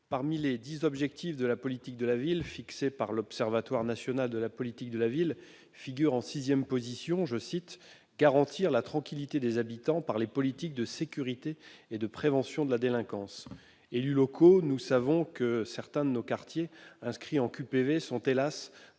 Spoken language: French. parmi les dix objectifs de la politique de la ville fixés par l'Observatoire national de la politique de la ville figure en sixième position :« Garantir la tranquillité des habitants par les politiques de sécurité et de prévention de la délinquance.